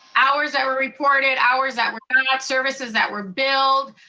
hours that were reported, hours that were but not, services that were billed,